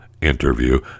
interview